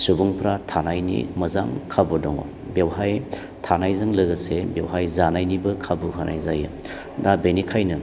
सुबुंफ्रा थानायनि मोजां खाबु दङ बेवहाय थानायजों लोगोसे बेवहाय जानायनिबो खाबु होनाय जायो दा बेनिखायनो